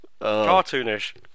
Cartoonish